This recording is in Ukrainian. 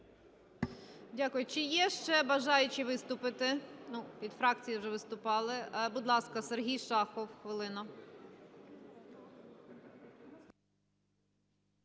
Дякую. Чи є ще бажаючі виступити? Від фракції вже виступали. Будь ласка, Сергій Шахов, хвилина.